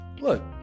look